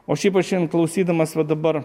o šiaip aš šiandien klausydamas va dabar